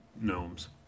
gnomes